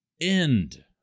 end